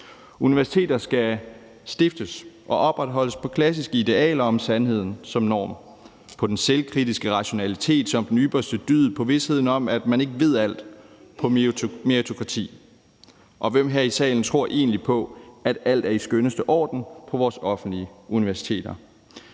Universiteter skal stiftes og opretholdes på klassiske idealer om sandheden som norm, på den selvkritiske rationalitet som den ypperste dyd, på visheden om, at man ikke ved alt, og på meritokrati. Og hvem her i salen tror egentlig på, at alt er i den skønneste orden på vores offentlige universiteter?